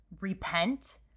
Repent